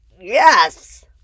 Yes